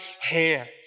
hands